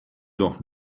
doch